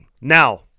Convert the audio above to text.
Now